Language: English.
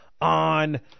on